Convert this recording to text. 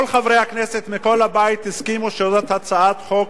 כל חברי הכנסת מכל הבית הסכימו שזאת הצעת חוק,